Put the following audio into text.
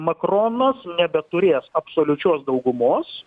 makronas nebeturės absoliučios daugumos